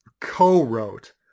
co-wrote